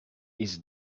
his